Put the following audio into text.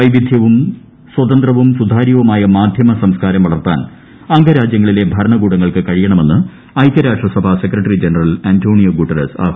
വൈവിദ്ധ്യവും സ്വതന്ത്രവും സുതാര്യവുമായ മാധ്യമ സംസ്ക്കാരം വളർത്താൻ അംഗരാജൃങ്ങളിലെ ഭരണകൂടങ്ങൾക്ക് കഴിയണമെന്ന് ഐകൃരാഷ്ട്ര സഭാ സെക്രട്ടറി ജനറൽ അന്റോണിയോ ഗുട്ടറസ് ആഹാനം ചെയ്തു